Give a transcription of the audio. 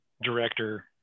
director